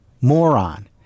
Moron